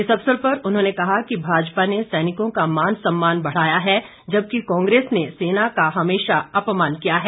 इस अवसर पर उन्होंने कहा कि भाजपा ने सैनिकों का मान सम्मान बढ़ाया है जबकि कांग्रेस ने सेना का हमेशा अपमान किया है